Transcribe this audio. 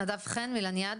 נדב חן מלניאדו.